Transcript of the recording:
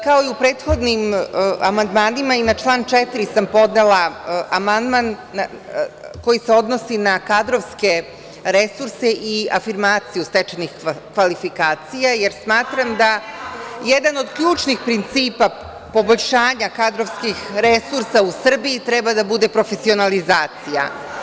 Kao i u prethodnim amandmanima, i na član 4. sam podnela amandman koji se odnosi na kadrovske resurse i afirmaciju stečenih kvalifikacija, jer smatram da jedan od ključnih principa poboljšanja kadrovskih resursa u Srbiji treba da bude profesionalizacija.